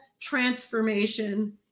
transformation